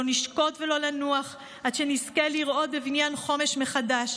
לא נשקוט ולא ננוח עד שנזכה לראות בבניין חומש מחדש.